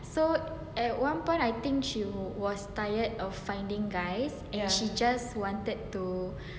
so at one point I think she was tired of finding guys she just wanted to